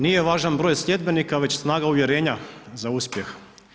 Nije važan broj sljedbenika već snaga uvjerenja za uspjeh.